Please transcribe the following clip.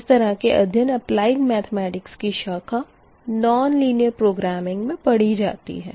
इस तरह के अध्ययन अपलयिड मेथेमेटिक्स की शाखा नोन लिनीयर प्रोग्रामिंग मे पढ़ी जाती है